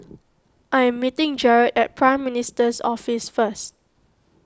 I am meeting Jarred at Prime Minister's Office first